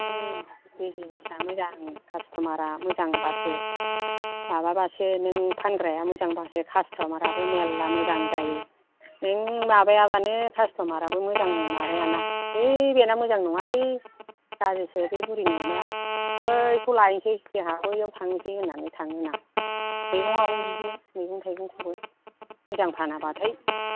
business आ मोजां customer आ मोजांबासो माबाबासो नों फानग्राया मोजांबासो कास्त'मार आबो मेलला मोजां जायो नों माबायाबानो कास्त'मार आबो मोजां माबायाना बै बेना मोजां नङालै गाज्रिसो बे बुरिनि अमाया बैखौ लायनोसै जोंहा बैयाव थांसै होननानै थाङोना मैगङाबो बिदिनो मैगं थाइगंखौबो मोजां फानाबाथाय